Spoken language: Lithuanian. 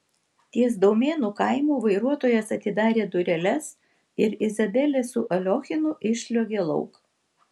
ties daumėnų kaimu vairuotojas atidarė dureles ir izabelė su aliochinu išsliuogė lauk